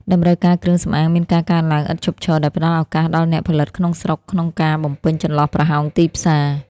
តម្រូវការគ្រឿងសម្អាងមានការកើនឡើងឥតឈប់ឈរ ដែលផ្ដល់ឱកាសដល់អ្នកផលិតក្នុងស្រុកក្នុងការបំពេញចន្លោះប្រហោងទីផ្សារ។